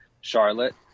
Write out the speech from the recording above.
Charlotte